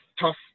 tough